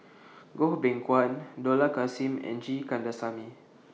Goh Beng Kwan Dollah Kassim and G Kandasamy